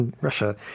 Russia